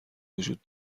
وجود